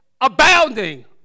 abounding